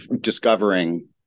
discovering